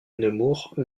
nemours